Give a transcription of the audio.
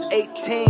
18